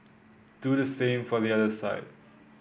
do the same for the other side